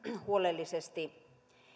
huolellisesti